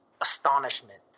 astonishment